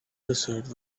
desert